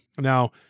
Now